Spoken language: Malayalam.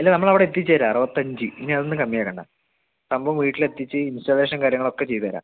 ഇല്ല നമ്മളവിടെ എത്തിച്ചു തരാം അറുപത്തഞ്ച് ഇനി അതൊന്നും കമ്മിയാക്കണ്ട സംഭവം വീട്ടിലെത്തിച്ച് ഇൻസ്റ്റാളേഷൻ കാര്യങ്ങളൊക്കെ ചെയ്തു തരാം